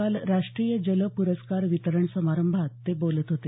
काल राष्ट्रीय जल पुरस्कार वितरण समारंभात ते बोलत होते